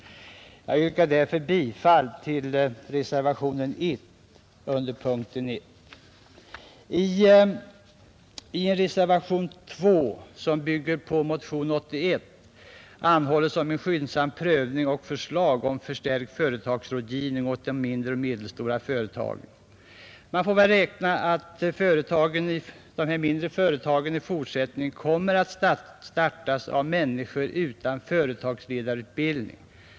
Jag yrkar därför bifall till reservationen 1 under punkten 1. I reservationen 2, som bygger på motionen 81, anhålles om en skyndsam prövning och förslag om förstärkt företagsrådgivning åt mindre och medelstora företag. Man får räkna med att mindre företag i fortsättningen kommer att startas av människor utan företagsledarutbildning.